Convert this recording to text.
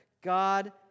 God